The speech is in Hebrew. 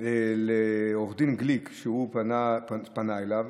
לעו"ד גליק, שפנה אליו,